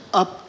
up